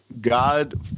God